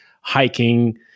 hiking